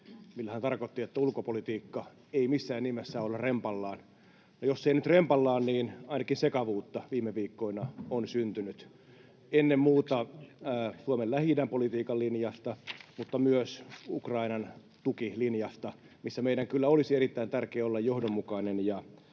millä hän tarkoitti, että ulkopolitiikka ei missään nimessä saa olla rempallaan. Ja jos ei nyt rempallaan, niin ainakin sekavuutta viime viikkoina on syntynyt, ennen muuta Suomen Lähi-idän-politiikan linjasta mutta myös linjasta Ukrainan tuessa, missä meidän kyllä olisi erittäin tärkeää olla johdonmukainen ja